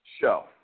show